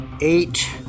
eight